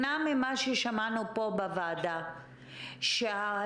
מבינה שממשרד הרווחה הגישו הצעת חוק,